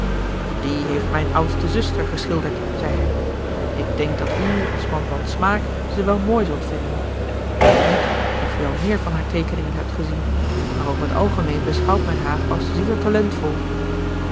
die heeft mijn oudste zuster geschilderd zei hij ik denk dat u als man van smaak ze wel mooi zult vinden ik weet niet of u al meer van haar tekeningen hebt gezien maar over t algemeen beschouwt men haar als zeer talentvol